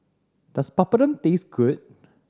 does Papadum taste good